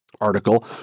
article